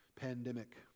pandemic